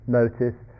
notice